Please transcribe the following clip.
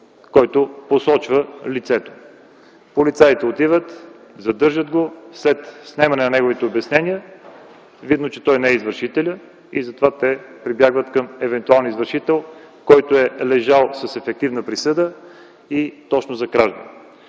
който посочва лицето. Полицаите отиват, задържат го, след снемане на неговите обяснения е видно, че той не е извършителят и затова те прибягват към евентуалния извършител, който е лежал с ефективна присъда точно за кражба.